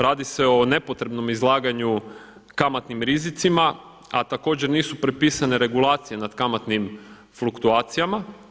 Radi se o nepotrebnom izlaganju kamatnim rizicima, a također nisu prepisane regulacije nad kamatnim fluktuacijama.